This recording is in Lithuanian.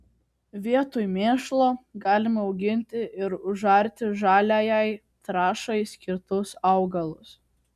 vietoj mėšlo galima auginti ir užarti žaliajai trąšai skirtus augalus